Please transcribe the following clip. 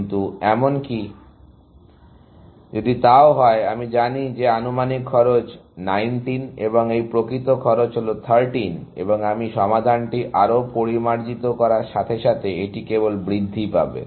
কিন্তু এমনকি যদি তাও হয় আমি জানি যে আনুমানিক খরচ 19 এবং এই প্রকৃত খরচ হল 13 এবং আমি সমাধানটি আরও পরিমার্জিত করার সাথে সাথে এটি কেবল বৃদ্ধি পাবে